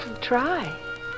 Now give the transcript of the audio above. Try